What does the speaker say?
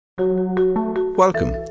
Welcome